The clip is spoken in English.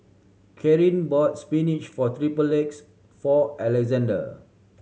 Carin bought spinach eggs for Alexande